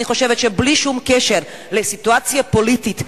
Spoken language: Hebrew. אני חושבת שבלי שום קשר לסיטואציה פוליטית,